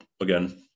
again